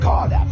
God